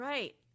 Right